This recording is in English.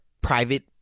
Private